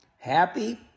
Happy